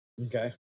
Okay